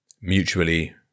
Mutually